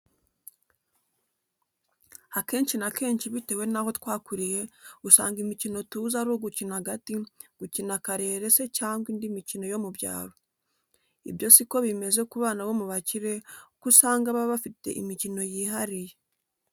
Akenshi na kenshi bitewe n'aho twakuriye, usanga imikino tuzi ari ugukina agati, gukina karere se cyangwa indi mikino yo mu byaro. Ibyo si ko bimeze ku bana bo mu bakire uko usanga baba bafite imikino yihariye.